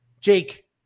Jake